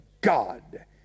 God